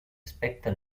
aspecte